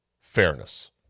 fairness